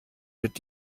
mit